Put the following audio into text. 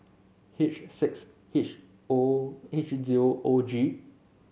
H six H O H zero O G